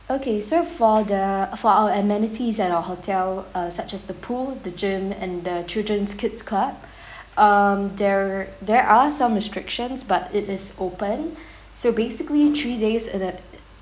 okay so for the for our amenities at our hotel uh such as the pool the gym and the children's kids club um there there are some restrictions but it is open so basically three days uh the